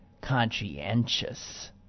conscientious